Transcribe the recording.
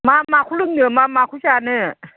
मा माखौ लोंनो मा माखौ जानो